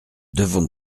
devons